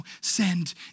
send